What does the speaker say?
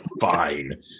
fine